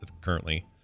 currently